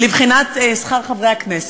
לבחינת שכר חברי הכנסת,